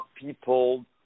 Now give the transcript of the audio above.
people